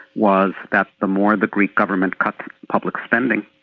was that the more the greek government cut public spending,